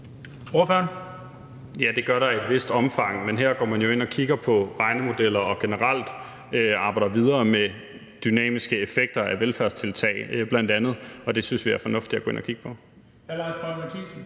(SF): Ja, det gør der i et vist omfang, men her går man jo ind og kigger på regnemodeller og generelt arbejder videre med dynamiske effekter af velfærdstiltag bl.a., og det synes vi er fornuftigt at gå ind og kigge på. Kl. 16:18 Den fg. formand